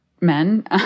men